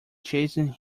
chasing